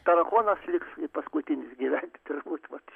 tarakonas liks paskutinis gyventi turbūt vat